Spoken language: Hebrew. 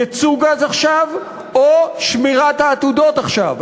ייצוא גז עכשיו או שמירת העתודות עכשיו.